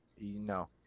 No